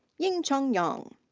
yingcheng yang.